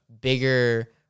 bigger